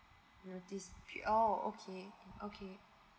notice period oh okay okay